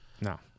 No